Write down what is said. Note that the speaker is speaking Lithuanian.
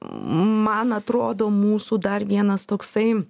man atrodo mūsų dar vienas toksai